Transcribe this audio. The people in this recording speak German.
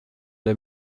der